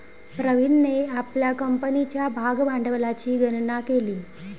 प्रवीणने आपल्या कंपनीच्या भागभांडवलाची गणना केली